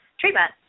treatment